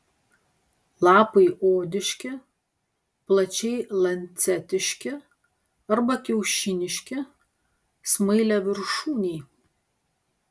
lapai odiški plačiai lancetiški arba kiaušiniški smailiaviršūniai